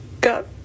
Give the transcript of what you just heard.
got